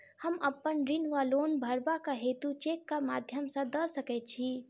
हम अप्पन ऋण वा लोन भरबाक हेतु चेकक माध्यम सँ दऽ सकै छी?